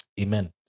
Amen